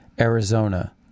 Arizona